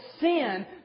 sin